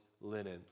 linen